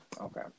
Okay